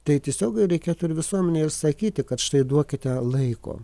tai tiesiog reikėtų ir visuomenei ir sakyti kad štai duokite laiko